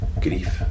grief